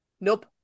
Nope